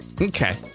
Okay